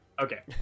Okay